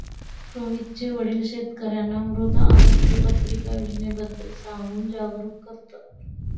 रोहितचे वडील शेतकर्यांना मृदा आरोग्य पत्रिका योजनेबद्दल सांगून जागरूक करतात